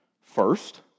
First